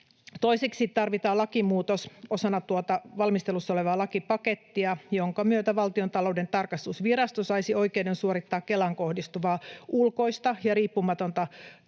Toiseksi tarvitaan osana tuota valmistelussa olevaa lakipakettia lakimuutos, jonka myötä Valtiontalouden tarkastusvirasto saisi oikeuden suorittaa Kelaan kohdistuvaa ulkoista ja riippumatonta tarkastusta.